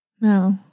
no